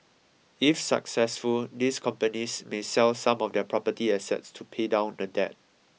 if successful these companies may sell some of their property assets to pay down the debt